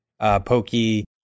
Pokey